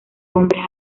hombres